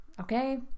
Okay